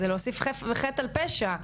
זה להוסיף חטא על פשע.